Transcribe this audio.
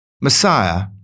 Messiah